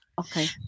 Okay